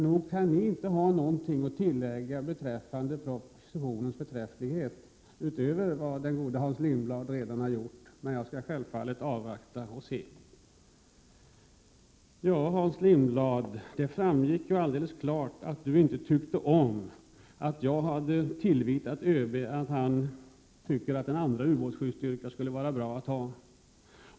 Ni kan ju inte ha någonting att tillägga beträffande propositionens förträfflighet utöver vad den gode Hans Lindblad har sagt, men jag skall självfallet avvakta och se. Det framgick helt klart att Hans Lindblad inte tyckte om att jag tillvitade ÖB uppfattningen att en andra ubåtsskyddsstyrka skulle vara bra att ha.